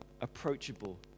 approachable